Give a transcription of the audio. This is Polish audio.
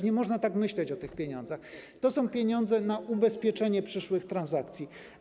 Nie można tak myśleć o tych pieniądzach, to są pieniądze na ubezpieczenie przyszłych transakcji.